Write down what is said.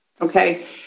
okay